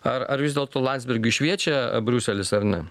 ar ar vis dėlto landsbergiui šviečia briuselis ar ne